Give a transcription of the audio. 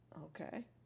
Okay